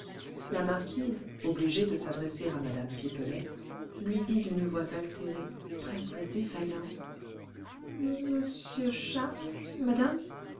la marquise obligée de s'adresser à mme pipelet lui dit d'une voix altérée presque défaillante m charles madame